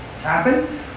happen